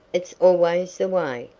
it's always the way,